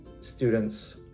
students